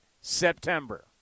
September